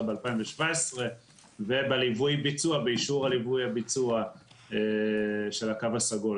ב-2017 ובאישור ליווי הביצוע של הקו הסגול.